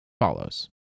follows